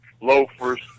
loafers